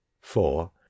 four